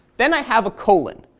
then i have a colon.